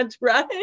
right